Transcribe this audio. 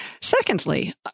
Secondly